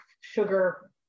sugar